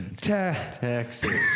Texas